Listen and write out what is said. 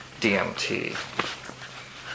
DMT